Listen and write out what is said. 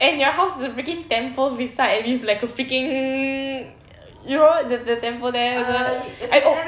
and your house is freaking temple beside and with like a freaking you know the the temple I oh